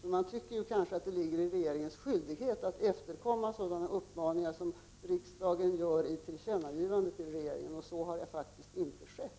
Men man tycker att det är regeringens skyldighet att efterkomma sådana uppmaningar som riksdagen gör i tillkännagivanden till regeringen. Så har faktiskt inte skett.